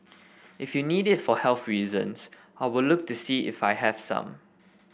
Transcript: if you need it for health reasons I will look to see if I have some